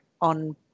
on